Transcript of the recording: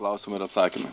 klausimai ir atsakymai